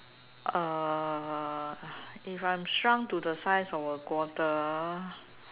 uh if I'm shrunk to the size of a quarter